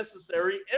necessary